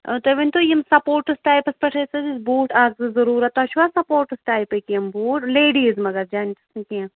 تہۍ ؤنۍ تو یِِم سَپوٹٕس ٹایپَس پٮ۪ٹھ ٲسۍ اَسہِ بوٹ اکھ زٕ ضروٗرت تۄہہِ چھُوا سَپوٹٕس ٹایپٕکۍ یِِم بوٗٹ لیڈیٖز مگر جیٚنٛٹٕس نہٕ کیٚنٛہہ